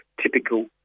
typical